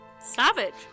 Savage